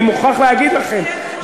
אני מוכרח להגיד לכם,